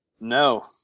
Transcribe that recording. No